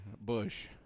Bush